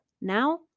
Now